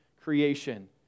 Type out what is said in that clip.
creation